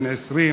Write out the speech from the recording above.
בן 20,